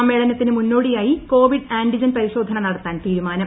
സമ്മേളനത്തിന് മുന്നോടിയായി Covid antigen പരിശോധന നടത്താൻ ത്രീരു്മാനം